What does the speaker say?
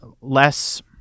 less